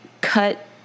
cut